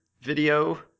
video